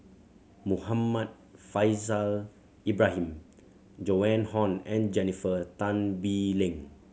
Muhammad Faishal Ibrahim Joan Hon and Jennifer Tan Bee Leng